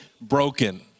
broken